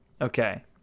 Okay